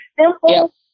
simple